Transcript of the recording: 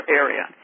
area